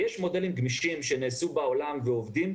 יש מודלים גמישים שנעשו בעולם ועובדים,